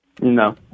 No